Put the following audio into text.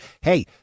Hey